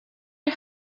get